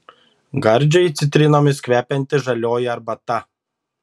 gardžiai citrinomis kvepianti žalioji arbata